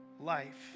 life